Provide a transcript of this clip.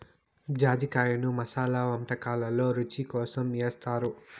జాజికాయను మసాలా వంటకాలల్లో రుచి కోసం ఏస్తారు